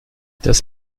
das